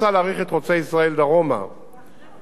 באותו טיעון קלאסי שזה לא כלכלי,